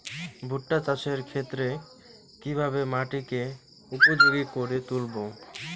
ভুট্টা চাষের ক্ষেত্রে কিভাবে মাটিকে উপযোগী করে তুলবো?